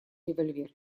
револьвер